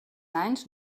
anys